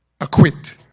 acquit